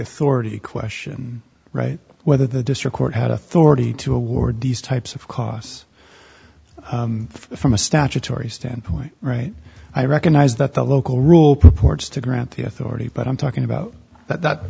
authority question right whether the district court had authority to award these types of costs from a statutory standpoint right i recognize that the local rule purports to grant the authority but i'm talking about that